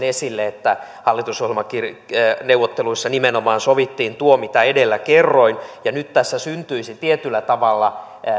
esille että hallitusohjelmaneuvotteluissa nimenomaan sovittiin tuo mitä edellä kerroin ja nyt tässä syntyisi tietyllä tavalla